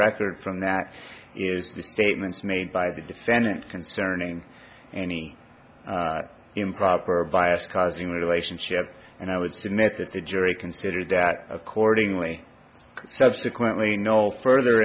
record from that is the statements made by the defendant concerning any improper bias causing relationship and i would submit that the jury considered that accordingly subsequently no further